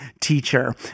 teacher